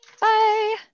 Bye